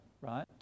right